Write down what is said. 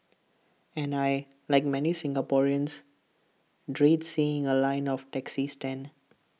and I Like many Singaporeans dread seeing A line of taxi stand